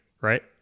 right